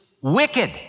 wicked